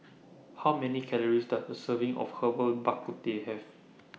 How Many Calories Does A Serving of Herbal Bak Ku Teh Have